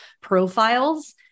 profiles